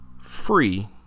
free